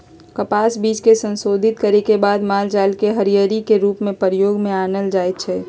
कपास बीज के संशोधित करे के बाद मालजाल के हरियरी के रूप में प्रयोग में आनल जाइ छइ